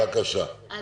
גם